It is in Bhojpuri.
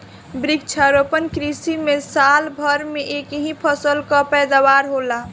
वृक्षारोपण कृषि में साल भर में एक ही फसल कअ पैदावार होला